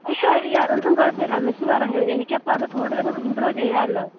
അയ്യോ അയ്യോ അതൊന്നും കുഴപ്പം ഇല്ല മിസ്സ് പറഞ്ഞോ എനിക്ക് അപ്പോൾ അത് കൂടുതലും ഇമ്പ്രൂവ് ചെയ്യാമല്ലോ